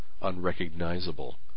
unrecognizable